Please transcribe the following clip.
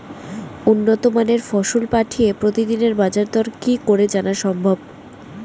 উন্নত মানের ফসল পাঠিয়ে প্রতিদিনের বাজার দর কি করে জানা সম্ভব?